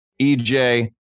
EJ